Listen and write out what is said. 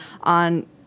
on